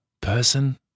person